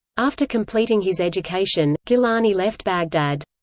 after completing his education, gilani left baghdad.